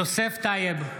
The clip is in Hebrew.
יוסף טייב,